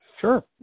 Sure